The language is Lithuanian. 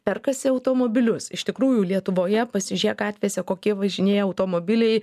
perkasi automobilius iš tikrųjų lietuvoje pasižiūrėk gatvėse kokie važinėja automobiliai